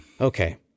Okay